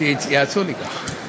יש עוד כמה נימוקים,